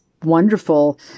wonderful